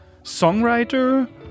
songwriter